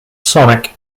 sonic